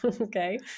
okay